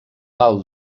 pal